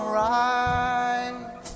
right